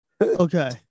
okay